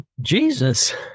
Jesus